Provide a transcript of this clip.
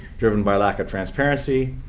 driven by lack of transparency.